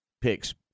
picks